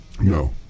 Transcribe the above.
No